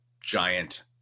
giant